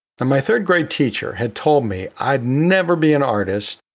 and my third grade teacher had told me i'd never be an artist.